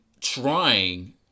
trying